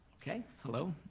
okay, hello.